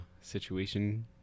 situation